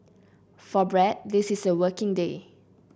for Brad this is a working day